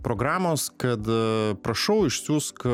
programos kad prašau išsiųsk